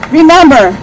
remember